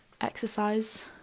Exercise